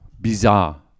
bizarre